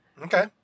Okay